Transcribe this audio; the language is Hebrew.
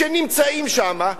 שנמצאים שם,